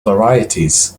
varieties